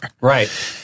Right